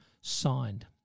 signed